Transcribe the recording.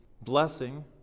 blessing